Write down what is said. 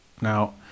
now